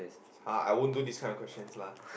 uh I won't do this type of questions lah